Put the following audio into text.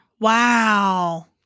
Wow